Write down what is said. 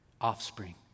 offspring